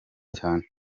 cyane